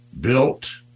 built